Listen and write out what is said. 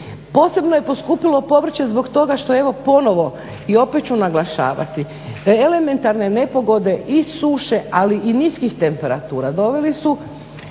Posebno je poskupilo povrće zbog toga što evo ponovo i opet ću naglašavati, elementarne nepogode i suše, ali i niskih temperatura doveli su